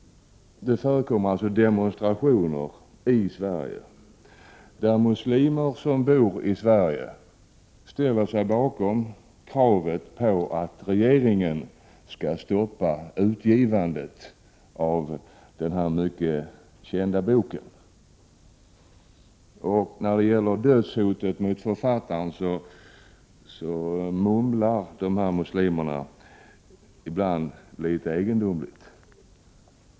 Det förekommer i dag demonstrationer i Sverige där muslimer som bor i Sverige ställer sig bakom kravet på att regeringen skall stoppa utgivandet av den mycket kända boken. När det gäller dödshotet mot författaren mumlar dessa muslimer ibland litet egendomligt.